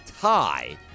tie